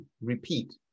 repeat